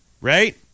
right